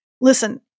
Listen